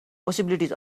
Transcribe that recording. possibilities